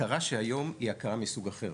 ההכרה של היום היא הכרה מסוג אחר,